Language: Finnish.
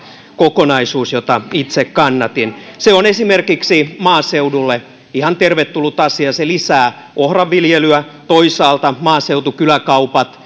kokonaisuus jota itse kannatin se on esimerkiksi maaseudulle ihan tervetullut asia se lisää ohranviljelyä toisaalta maaseutukyläkaupat